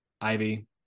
ivy